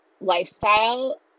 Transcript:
lifestyle